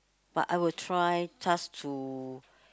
but I will try just to